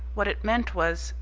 what it meant was,